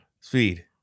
Speed